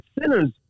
sinners